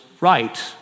right